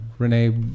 Renee